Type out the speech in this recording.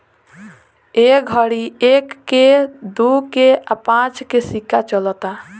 ए घड़ी एक के, दू के आ पांच के सिक्का चलता